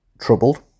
troubled